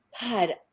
God